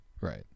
Right